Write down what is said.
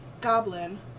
goblin